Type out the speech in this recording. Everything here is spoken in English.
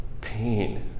pain